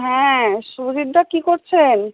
হ্যাঁ শুভজিৎদা কী করছেন